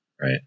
right